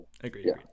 agreed